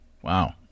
Wow